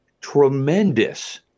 tremendous